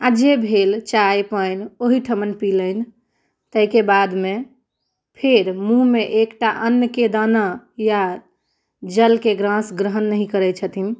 आ जे भेल चाय पानि ओहिठिमन पीलनि तेहिके बादमे फेर मूँहमे एकटा अन्नके दाना या जलके ग्रास ग्रहण नहि करैत छथिन